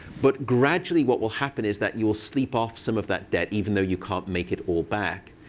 but gradually, what will happen is that you will sleep off some of that debt, even though you can't make it all back,